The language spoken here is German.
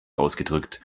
ausgedrückt